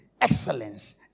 Excellence